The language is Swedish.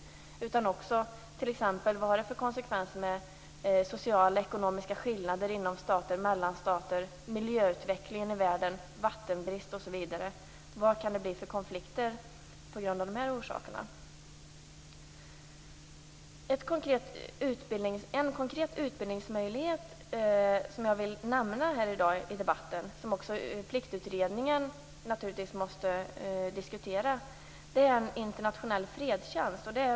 Man skall också se t.ex. på konsekvenserna av sociala och ekonomiska skillnader i och mellan stater, miljöutveckling och vattenbrist i världen. Man skall se till vad det kan bli för konflikter på grund av de här orsakerna. En konkret utbildningsmöjlighet som jag vill nämna här i dag i debatten och som Pliktutredningen naturligtvis måste diskutera är en internationell fredstjänst.